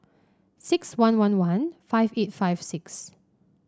six one one one five eight five six